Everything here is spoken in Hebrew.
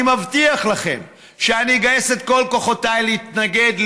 אני מבטיח לכם שאני אגייס את כל כוחותיי להתנגד,